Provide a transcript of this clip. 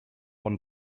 one